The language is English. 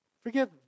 Forgive